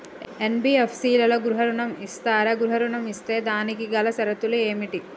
NBFC లలో గృహ ఋణం ఇస్తరా? గృహ ఋణం ఇస్తే దానికి గల షరతులు ఏమిటి?